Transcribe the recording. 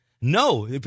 No